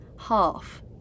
half